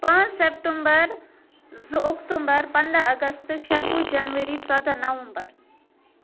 پانٛژھ سپٹمبر زٕ اکتوٗمبر پنٛداہ اَگست شَتوُہ جنؤری ژۄداہ نَومبر